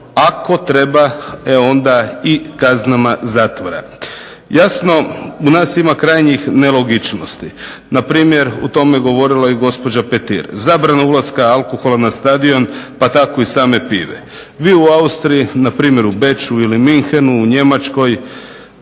Ako treba e onda i kaznama zatvora. Jasno u nas ima krajnjih nelogičnosti. Na primjer o tome je govorila i gospođa Petir. Zabrana ulaska alkohola na stadion pa tako i same pive. Vi u Austriji, npr. u Beču ili Munchenu u Njemačkoj